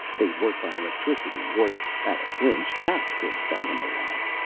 they'd work by electricity, or at a pinch cats could bat em around.